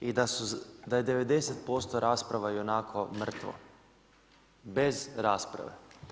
i da je 90% rasprava ionako mrtvo bez rasprave.